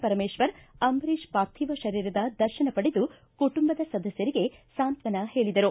ಪರಮೇಶ್ವರ್ ಅಂಬರೀಷ್ ಪಾರ್ಥಿವ ಶರೀರದ ದರ್ಶನ ಪಡೆದು ಕುಟುಂಬದ ಸದಸ್ಟರಿಗೆ ಸ್ವಾಂತನ ಹೇಳಿದರು